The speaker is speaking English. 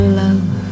love